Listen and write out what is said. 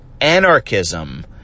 anarchism